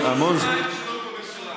המון זמן --- יש שניים שלא יהיו בממשלה: